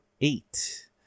eight